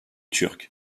turque